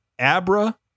abra